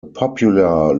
popular